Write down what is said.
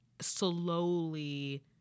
slowly